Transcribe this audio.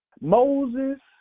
Moses